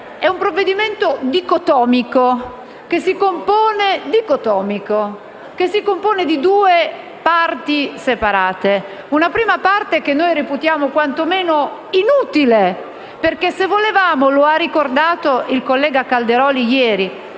È un provvedimento dicotomico, che si compone di due parti separate. Una prima parte, la reputiamo quantomeno inutile, perché - come ha ricordato il collega Calderoli ieri